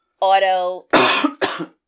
auto